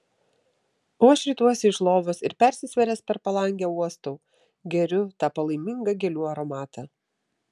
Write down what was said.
o aš rituosi iš lovos ir persisvėręs per palangę uostau geriu tą palaimingą gėlių aromatą